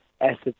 assets